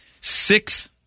six